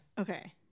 Okay